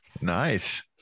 Nice